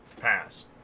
Pass